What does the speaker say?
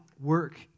work